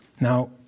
Now